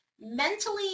mentally